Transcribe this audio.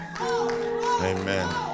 amen